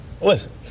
Listen